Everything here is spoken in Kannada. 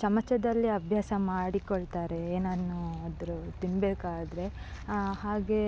ಚಮಚದಲ್ಲಿ ಅಭ್ಯಾಸ ಮಾಡಿಕೊಳ್ತಾರೆ ಏನನ್ನಾದ್ರೂ ತಿನ್ನಬೇಕಾದ್ರೆ ಹಾಗೇ